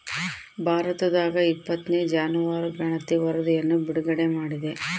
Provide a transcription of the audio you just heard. ಭಾರತದಾಗಇಪ್ಪತ್ತನೇ ಜಾನುವಾರು ಗಣತಿ ವರಧಿಯನ್ನು ಬಿಡುಗಡೆ ಮಾಡಿದೆ